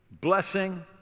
blessing